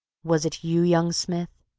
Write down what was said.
was it you, young smith,